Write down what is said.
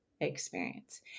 experience